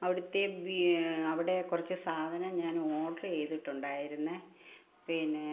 അവിടുത്തെ അവിടെ കുറച്ച് സാധനം ഞാൻ ഓഡർ ചെയ്തിട്ടുണ്ടായിരുന്നു പിന്നെ